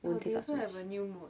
won't take up so much